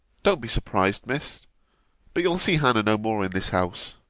don't be surprised, miss but you'll see hannah no more in this house.